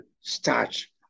starch